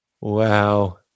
Wow